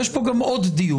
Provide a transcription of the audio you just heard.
ויש פה גם עוד דיון,